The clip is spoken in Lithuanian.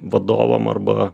vadovam arba